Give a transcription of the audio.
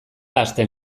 hasten